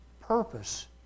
purpose